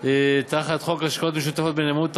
תחת חוק השקעות משותפות בנאמנות,